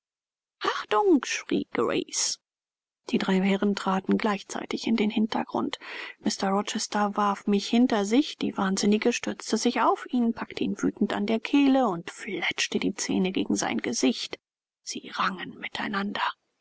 achtung schrie grace die drei herren traten gleichzeitig in den hintergrund mr rochester warf mich hinter sich die wahnsinnige stürzte sich auf ihn packte ihn wütend an der kehle und fletschte die zähne gegen sein gesicht sie rangen miteinander